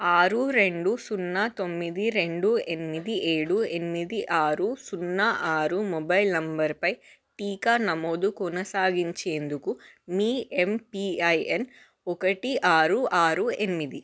ఆరు రెండు సున్నా తొమ్మిది రెండు ఎనిమిది ఏడు ఎనిమిది ఆరు సున్నా ఆరు మొబైల్ నంబరుపై టీకా నమోదు కొనసాగించేందుకు మీ ఎంపిఐఎన్ ఒకటి ఆరు ఆరు ఎనిమిది